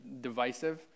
divisive